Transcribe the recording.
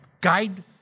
guide